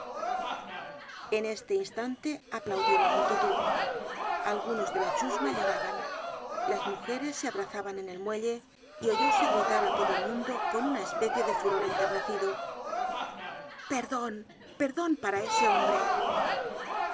en este instante aplaudió la multitud algunos de la chusma lloraban las mujeres se abrazaban en el muelle y oyóse gritar á todo el mundo con una especie de furor enternecido perdon perdon para ese hombre y